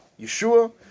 Yeshua